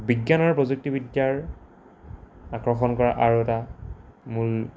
বিজ্ঞান আৰু প্ৰযুক্তিবিদ্যাৰ আকৰ্ষণ কৰা আৰু এটা মূল